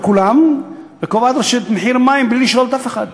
כולם וקובעת מחיר מים בלי לשאול אף אחד,